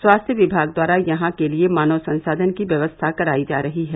स्वास्थ्य विभाग द्वारा यहां के लिये मानव संसाधन की व्यवस्था कराई जा रही है